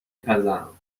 پزم